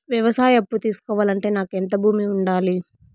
వ్యవసాయ అప్పు తీసుకోవాలంటే నాకు ఎంత భూమి ఉండాలి?